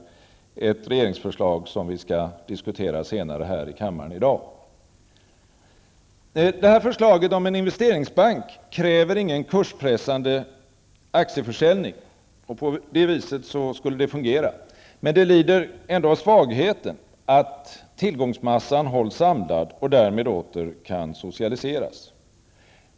Det är ett regeringsförslag som vi skall diskutera senare i dag i kammaren. Förslaget om en investeringsbank kräver ingen kurspressande aktieförsäljning. På det viset skulle det fungera. Men det lider av svagheten att tillgångsmassan hålls samlad och därmed åter kan socialiseras.